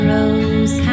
Rose